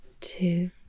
two